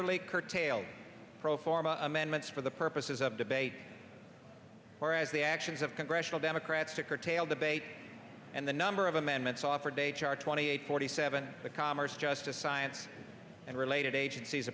a curtailed pro forma amendments for the purposes of debate whereas the actions of congressional democrats to curtail debate and the number of amendments offered a chart twenty eight forty seven the commerce justice science and related agencies